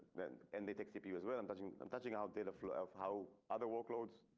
then and they take cpu as well. i'm touching um touching out data flow of how other workloads.